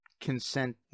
consent